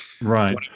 Right